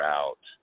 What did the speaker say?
out